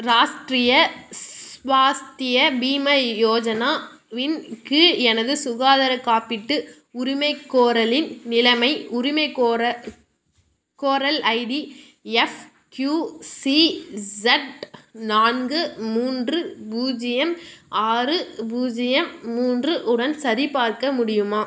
ராஷ்ட்ரிய ஸ்வாஸ்திய பீம யோஜனா இன் கீழ் எனது சுகாதார காப்பீட்டு உரிமைகோரலின் நிலைமை உரிமைகோரகோரல் ID F Q C Z நான்கு மூன்று பூஜ்ஜியம் ஆறு பூஜ்ஜியம் மூன்று உடன் சரிபார்க்க முடியுமா